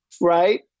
Right